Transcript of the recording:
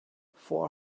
four